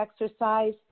exercise